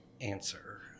answer